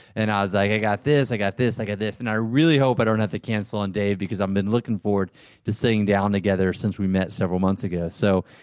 and i was like, i got this, i got this, i got this, and i really hope i don't have to cancel on dave, because i've um been looking forward to sitting down together since we met several months ago. so,